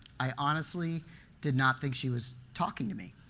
i honestly did not think she was talking to me.